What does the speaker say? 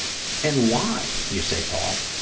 and why, you say, paul,